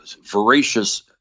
voracious